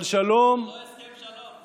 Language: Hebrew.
אבל שלום, זה לא הסכם שלום.